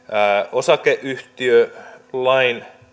osakeyhtiölain